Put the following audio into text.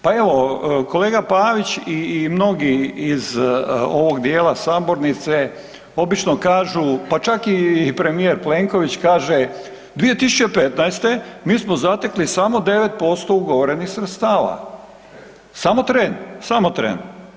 Pa evo kolega Pavić i mnogi iz ovog dijela sabornice obično kažu, pa čak i premijer Plenković kaže 2015. mi smo zatekli samo 9% ugovorenih sredstava. … [[Upadica iz klupe se ne razumije]] Samo tren, samo tren.